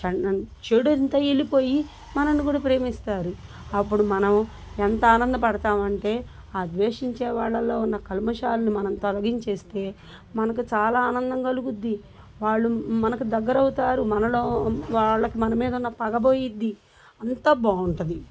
చెడు అంతా వెళ్ళిపోయి మనల్ని కూడా ప్రేమిస్తారు అప్పుడు మనం ఎంత ఆనంద పడతాం అంటే ఆ ద్వేషించే వాళ్ళలో ఉన్న కల్మషాల్ని మనం తొలగించేస్తే మనకు చాలా ఆనందంగా కలుగుతుంది వాళ్ళు మనకు దగ్గరవుతారు మనలో వాళ్ళకి మన మీదున్న పగ పోతుంది అంతా బాగుంటుంది